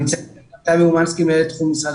נמצאת אתנו תמי אומנסקי מנהלת תחום משרד